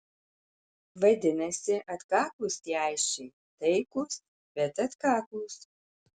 vadinasi atkaklūs tie aisčiai taikūs bet atkaklūs